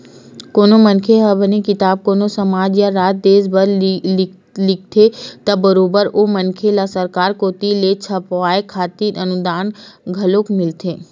कोनो मनखे ह बने किताब कोनो समाज या राज देस बर लिखथे त बरोबर ओ मनखे ल सरकार कोती ले छपवाय खातिर अनुदान घलोक मिलथे